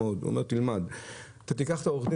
תאמין לי שיש הרבה נושאים זהים בין הכדורגל